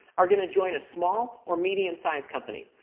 are going to join a small or medium-sized company.